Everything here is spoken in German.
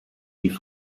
die